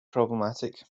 problematic